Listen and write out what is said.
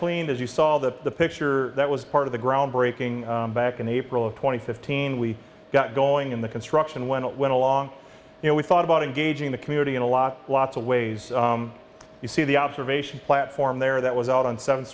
cleaned as you saw that the picture that was part of the groundbreaking back in april of twenty fifteen we got going in the construction when it went along you know we thought about engaging the community in a lot lots of ways you see the observation platform there that was out on seventh